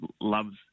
Love's